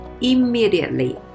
immediately